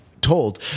told